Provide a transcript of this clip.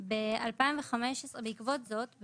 בעקבות זאת,